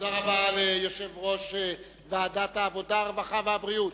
תודה רבה ליושב-ראש ועדת העבודה, הרווחה והבריאות.